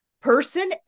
Person